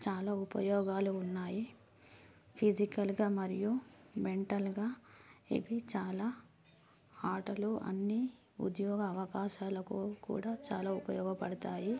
చాలా ఉపయోగాలు ఉన్నాయి ఫిజికల్గా మరియు మెంటల్గా ఇవి చాలా ఆటలు అన్నీ ఉద్యోగ అవకాశాలకు కూడా చాలా ఉపయోగపడతాయి